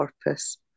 purpose